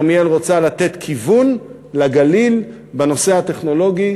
כרמיאל רוצה לתת כיוון לגליל בנושא הטכנולוגי